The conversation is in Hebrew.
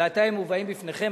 ועתה הם מובאים בפניכם.